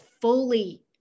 fully